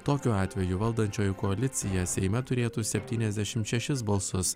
tokiu atveju valdančioji koalicija seime turėtų septyniasdešimt šešis balsus